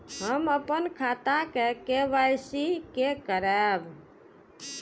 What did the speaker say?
हम अपन खाता के के.वाई.सी के करायब?